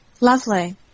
lovely